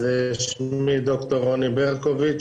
שמי ד"ר רוני ברקוביץ,